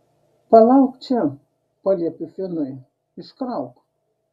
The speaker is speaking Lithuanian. palauk čia paliepiu finui iškrauk